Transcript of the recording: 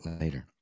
later